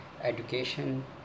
education